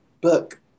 book